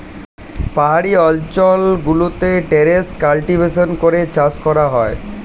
পাহাড়ি অঞ্চল গুলোতে টেরেস কাল্টিভেশন করে চাষ করা হয়